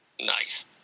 Nice